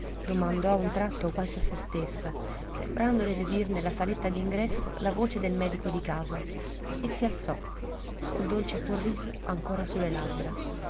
a un tratto quasi a se stessa sembrandole di udir nella saletta d'ingresso la voce del medico di casa e si alzò col dolce sorriso ancora su le labbra